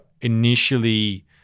initially